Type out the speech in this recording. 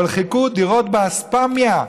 אבל חילקו דירות באספמיה.